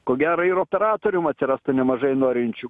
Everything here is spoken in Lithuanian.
ko gera ir operatorių atsirastų nemažai norinčių